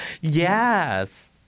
Yes